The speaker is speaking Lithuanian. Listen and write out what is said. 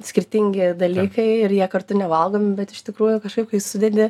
skirtingi dalykai ir jie kartu nevalgomi bet iš tikrųjų kažkaip kai sudedi